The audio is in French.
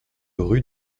rue